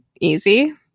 easy